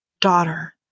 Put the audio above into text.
daughter